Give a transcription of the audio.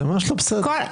זה ממש לא בסדר.